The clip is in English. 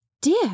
Dear